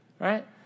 right